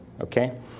okay